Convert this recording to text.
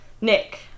Nick